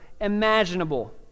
imaginable